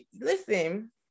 listen